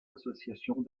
associations